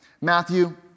Matthew